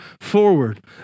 forward